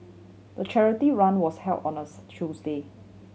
the charity run was held on Tuesday